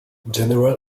general